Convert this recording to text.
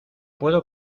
puedo